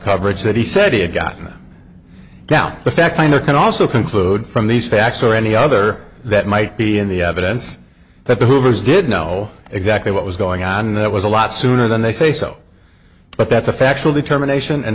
coverage that he said he had gotten now the fact finder can also conclude from these facts or any other that might be in the evidence that the hoovers did know exactly what was going on and it was a lot sooner than they say so but that's a factual determination and